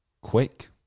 quick